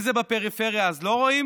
אם זה בפריפריה אז לא רואים?